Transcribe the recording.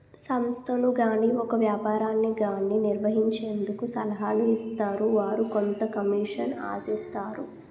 సంస్థను గాని ఒక వ్యాపారాన్ని గాని నిర్వహించేందుకు సలహాలు ఇస్తారు వారు కొంత కమిషన్ ఆశిస్తారు